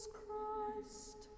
Christ